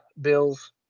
Bills